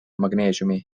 magneesiumi